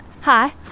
Hi